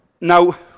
Now